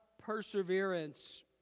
perseverance